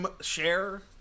share